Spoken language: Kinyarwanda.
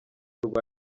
rwa